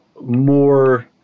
more